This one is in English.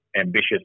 ambitious